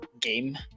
game